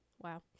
wow